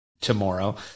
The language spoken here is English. tomorrow